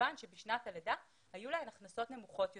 מכיוון שבשנת הלידה, היו להן הכנסות נמוכות יותר.